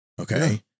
Okay